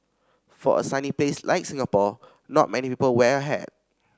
for a sunny place like Singapore not many people wear a hat